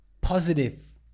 positive